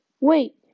wait